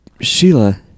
Sheila